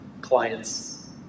clients